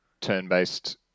turn-based